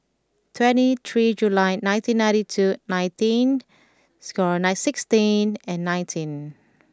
twenty three July nineteen ninety two nineteen score nine sixteen and nineteen